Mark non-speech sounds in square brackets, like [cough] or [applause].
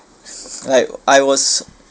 [breath] like I was